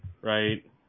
right